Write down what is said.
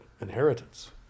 inheritance